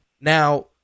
Now